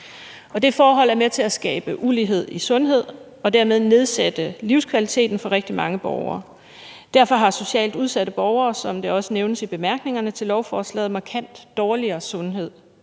Det forhold er med til at skabe ulighed i sundhed og dermed nedsætte livskvaliteten for rigtig mange borgere. Derfor har socialt udsatte borgere, som det også nævnes i bemærkningerne til lovforslaget, markant dårligere sundhed